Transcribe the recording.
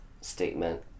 statement